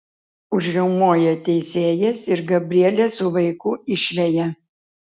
užriaumoja teisėjas ir gabrielę su vaiku išveja